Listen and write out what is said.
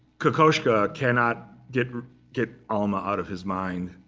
kokoschka cannot get get alma out of his mind.